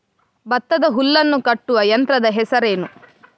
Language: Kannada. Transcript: ಭತ್ತದ ಹುಲ್ಲನ್ನು ಕಟ್ಟುವ ಯಂತ್ರದ ಹೆಸರೇನು?